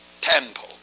temple